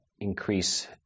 increase